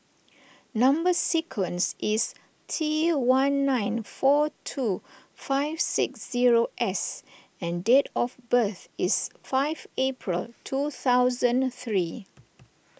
Number Sequence is T one nine four two five six zero S and date of birth is five April two thousand three